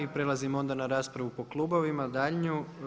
I prelazimo onda na raspravu po klubovima daljnju.